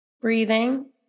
Breathing